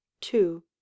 Two